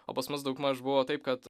o pas mus daugmaž buvo taip kad